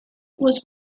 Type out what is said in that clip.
was